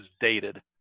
dated